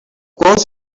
course